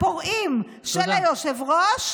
מהפורעים של היושב-ראש,